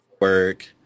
work